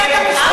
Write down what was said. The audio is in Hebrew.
עליהם.